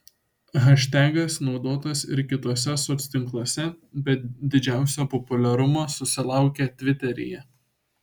haštagas naudotas ir kituose soctinkluose bet didžiausio populiarumo susilaukė tviteryje